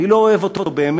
אני לא אוהב אותו באמת,